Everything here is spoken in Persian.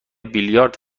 بیلیارد